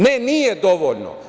Ne, nije dovoljno.